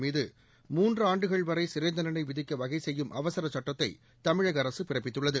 மீது மூன்று ஆண்டுகள் வரை சிறை தண்டனை விதிக்க வகை செய்யும் அவசர சட்டத்தை தமிழக பிறப்பித்துள்ளது